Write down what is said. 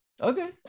Okay